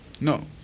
No